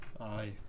Aye